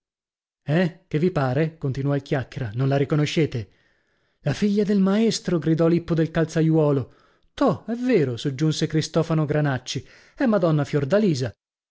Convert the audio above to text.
eh che vi pare continuò il chiacchiera non la riconoscete la figlia del maestro gridò lippo del calzaiuolo to è vero soggiunse cristofano granacci è madonna fiordalisa